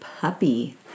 puppy